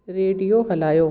radio हलायो